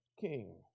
King